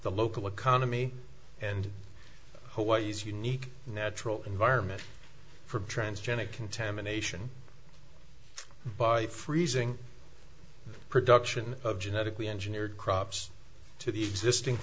the local economy and hawaii's unique natural environment from transgenic contamination by freezing the production of genetically engineered crops to the existing